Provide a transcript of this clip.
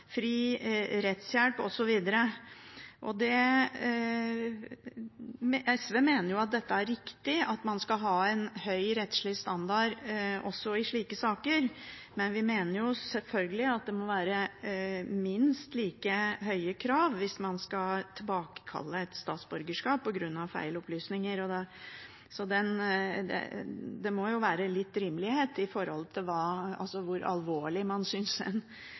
fri rettshjelp osv. SV mener at dette er riktig, at man skal ha en høy rettslig standard også i slike saker, men vi mener selvfølgelig at det må være minst like høye krav hvis man skal tilbakekalle et statsborgerskap på grunn av feil opplysninger. Det må være litt rimelighet i forhold til hvor alvorlig man synes